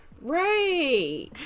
right